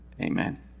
Amen